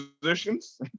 positions